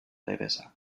devesa